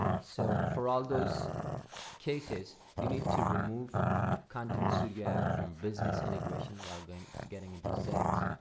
so, for all those cases you need to remove contents to your app from business integration while going getting into the settings,